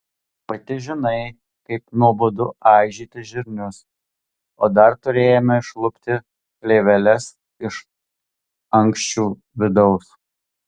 pati žinai kaip nuobodu aižyti žirnius o dar turėjome išlupti plėveles iš ankščių vidaus